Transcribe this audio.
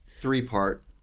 three-part